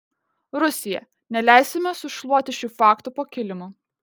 rusija neleisime sušluoti šių faktų po kilimu